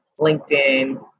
LinkedIn